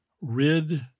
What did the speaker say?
rid